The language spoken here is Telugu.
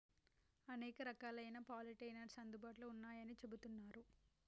అనేక రకాలైన పాలినేటర్స్ అందుబాటులో ఉన్నయ్యని చెబుతున్నరు